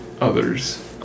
others